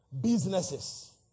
businesses